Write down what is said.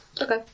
okay